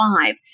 five